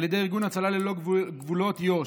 על ידי ארגון הצלה ללא גבולות יו"ש: